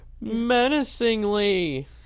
menacingly